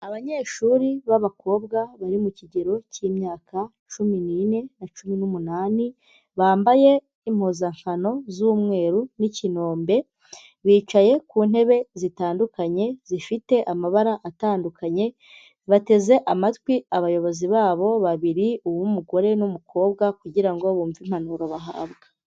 Abanyeshuri b'abakobwa bari mu kigero cy'imyaka cumi n'ine na cumi n'umunani, bambaye impuzankano z'umweru n'ikinombe, bicaye ku ntebe zitandukanye, zifite amabara atandukanye, bateze amatwi abayobozi babo babiri, uw'umugore n'umukobwa kugira ngo bumve impanuro bahabwa.